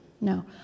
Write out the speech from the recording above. No